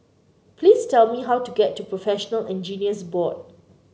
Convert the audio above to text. please tell me how to get to Professional Engineers Board